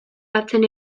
batzen